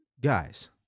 Guys